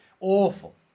Awful